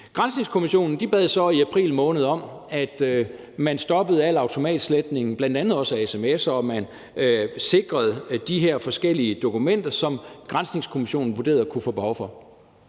Granskningskommissionen bad så i april måned om, at man stoppede al automatisk sletning, bl.a. også af sms'er, og at man sikrede de her forskellige dokumenter, som granskningskommissionen vurderede at man kunne få behov for.